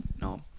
No